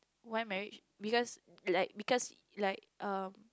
why marriage because like because like um